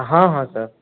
हँ हँ सर